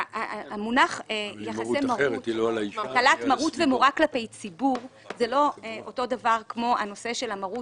המונח הטלת מרות ומורא כלפי ציבור זה לא אותו דבר כמו המרות